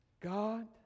God